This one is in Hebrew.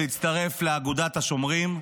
הצטרף לאגודת השומרים,